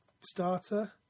Starter